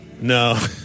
No